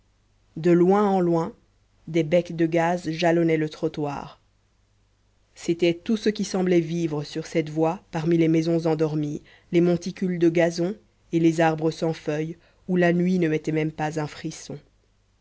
de loin en loin des becs de gaz jalonnaient le trottoir c'était tout ce qui semblait vivre sur cette voie parmi les maisons endormies les monticules de gazon et les arbres sans feuilles où la nuit ne mettait même pas un frisson